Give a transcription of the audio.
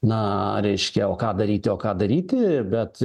na reiškia o ką daryti o ką daryti bet